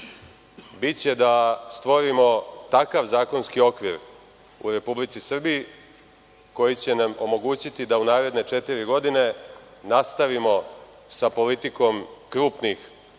biće da stvorimo takav zakonski okvir u Republici Srbiji koji će nam omogućiti da u naredne četiri godine nastavimo sa politikom krupnih